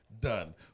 done